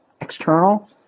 external